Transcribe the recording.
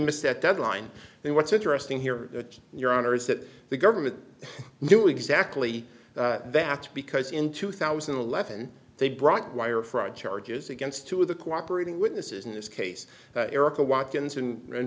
missed that deadline and what's interesting here your honor is that the government knew exactly that because in two thousand and eleven they brought wire fraud charges against two of the cooperating witnesses in this case erica watkins and r